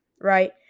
right